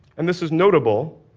and this is notable,